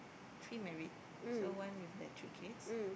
three married so one with the three kids